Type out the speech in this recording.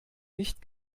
nicht